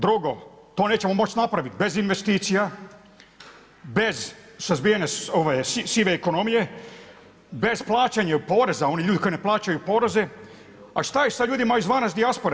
Drugo, to nećemo moć napravit bez investicija, bez suzbijanja sive ekonomije, bez plaćanja poreza, oni ljudi koji ne plaćaju poreze, a šta je sa ljudima izvana, dijaspore?